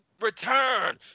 return